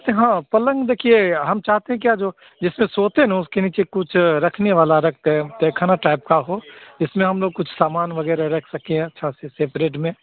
तो हाँ पलंग देखिए हम चाहते हैं क्या जो जिस पर सोते हैं ना उसके नीचे कुछ रखने वाला रख गए तहख़ाना टाइप का हो जिसमें हम लोग कुछ सामान वग़ैरह रख सकें अच्छा सा सेपेरेट में